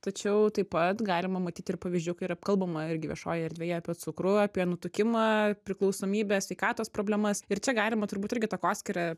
tačiau taip pat galima matyti ir pavyzdžių kai yra kalbama irgi viešojoje erdvėje apie cukrų apie nutukimą priklausomybės sveikatos problemas ir čia galima turbūt irgi takią atskirą